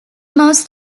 most